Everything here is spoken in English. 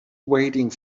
waiting